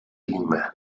lima